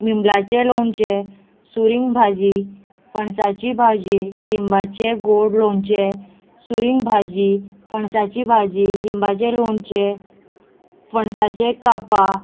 बिंबलाचे लोणचे सुरिंग भाजी फणसाची भाजी लिंबाचे गोड लोणचे सुरींग भाजी फणसाची भाजी लिंबाचे लोणचे फणसाचे कापा